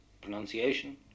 Pronunciation